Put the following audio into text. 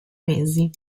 mesi